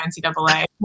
NCAA